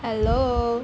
hello